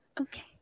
Okay